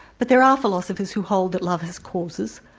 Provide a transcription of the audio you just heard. but there are philosophers who hold that love has causes,